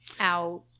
out